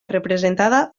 representada